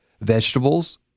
vegetables